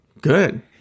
Good